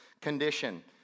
condition